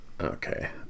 okay